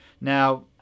Now